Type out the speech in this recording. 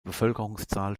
bevölkerungszahl